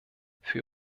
für